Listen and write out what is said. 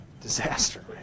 disaster